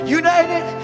united